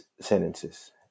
sentences